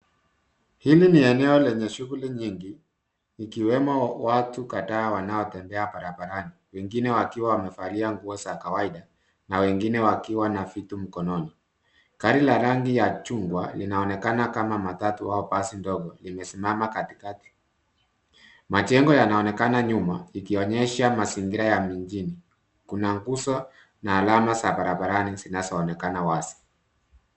Hili ni eneo lenye shughuli mbalimbali ikiwemo watu kadhaa wanaotembea barabarani, wengine wakiwa wamevalia nguo za kawaida na wengine wakiwa na vitu mkononi. Gari la rangi ya chungwa linaonekana kama matatu au basi ndogo limesimama katikati. Majengo yanaonekana nyuma ikionyesha mazingira ya mijini. Kuna nguzo, na alama za barabarani zinazoonekana wazi.